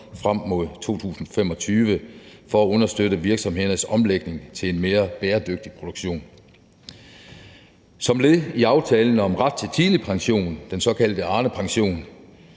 frem mod 2025 – for at understøtte virksomhedernes omlægning til en mere bæredygtig produktion. Som led i aftalen om ret til tidlig pension, den såkaldte Arnepension,